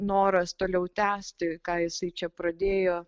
noras toliau tęsti ką jisai čia pradėjo